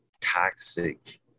toxic